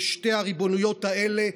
ושתי הריבונויות האלה,